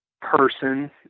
person